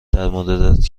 درموردت